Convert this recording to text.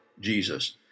Jesus